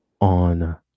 on